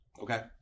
Okay